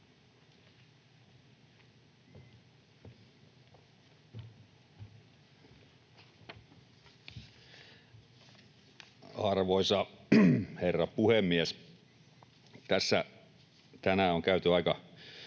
Arvoisa herra puhemies! Tässä tänään on käyty aika